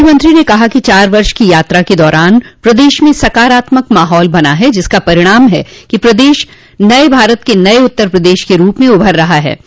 मुख्यमंत्री ने कहा कि चार वर्ष की यात्रा के दौरान प्रदेश में सकारात्मक माहौल बना है जिसका परिणाम है कि प्रदेश नये भारत के नये उत्तर प्रदेश के रूप में उभर रहा है